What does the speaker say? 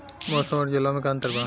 मौसम और जलवायु में का अंतर बा?